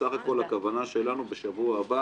בסך הכול הכוונה שלנו בשבוע הבא